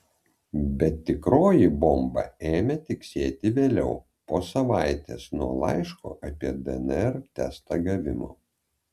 bet tikroji bomba ėmė tiksėti vėliau po savaitės nuo laiško apie dnr testą gavimo